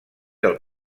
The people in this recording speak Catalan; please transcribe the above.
del